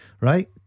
Right